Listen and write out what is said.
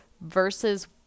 versus